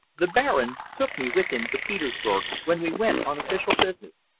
the baron took me with him to petersburg when he went on official business,